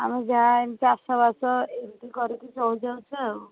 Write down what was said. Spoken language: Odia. ଆମେ ଯାହା ଏ ଚାଷବାସ ଏମିତି କରିକି ଚଳି ଯାଉଛୁ ଆଉ